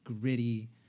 gritty